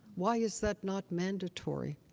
why is that not mandatory?